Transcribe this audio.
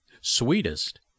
sweetest